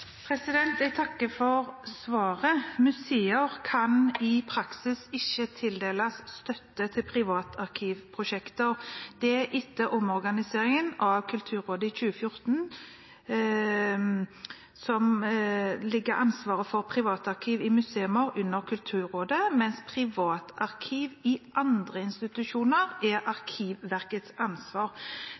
Jeg takker for svaret. Museer kan i praksis ikke tildeles støtte til privatarkivprosjekter. Det gjelder etter omorganiseringen av Kulturrådet i 2014, som legger ansvaret for privatarkiv i museer under Kulturrådet, mens privatarkiv i andre institusjoner er Arkivverkets ansvar.